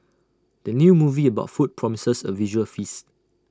the new movie about food promises A visual feast